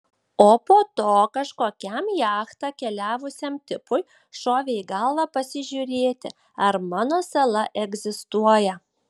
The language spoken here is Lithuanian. o po to kažkokiam jachta keliavusiam tipui šovė į galvą pasižiūrėti ar mano sala egzistuoja